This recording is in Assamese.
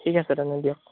ঠিক আছে তেনে দিয়ক